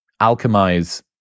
alchemize